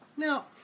Now